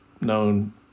known